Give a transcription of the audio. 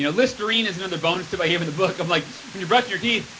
you know listerine is another bonus that i gave in the book. i'm like when you brush your teeth,